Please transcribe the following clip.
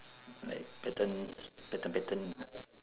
like patterns pattern pattern